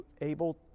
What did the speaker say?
able